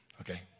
Okay